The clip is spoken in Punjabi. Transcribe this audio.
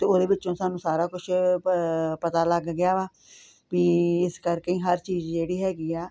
ਅਤੇ ਉਹਦੇ ਵਿੱਚੋਂ ਸਾਨੂੰ ਸਾਰਾ ਕੁਛ ਪ ਪਤਾ ਲੱਗ ਗਿਆ ਵਾ ਵੀ ਇਸ ਕਰਕੇ ਹਰ ਚੀਜ਼ ਜਿਹੜੀ ਹੈਗੀ ਆ